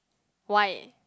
why